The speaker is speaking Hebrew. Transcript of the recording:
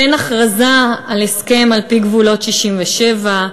בין הכרזה על הסכם על-פי גבולות 67',